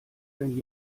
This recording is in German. wenn